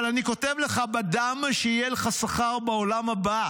אבל אני כותב לך בדם שיהיה לך שכר בעולם הבא.